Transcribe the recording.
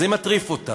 זה מטריף אותם.